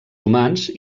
humans